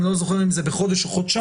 אני לא זוכר אם זה בחודש או חודשיים.